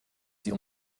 sie